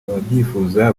ababyifuza